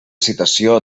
citació